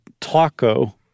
taco